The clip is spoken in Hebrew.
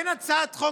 זו הצעת חוק,